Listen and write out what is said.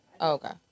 Okay